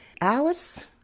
Alice